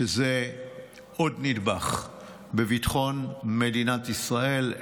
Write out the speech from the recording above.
זה עוד נדבך בביטחון מדינת ישראל,